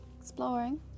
exploring